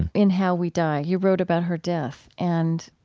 in how we die. you wrote about her death, and,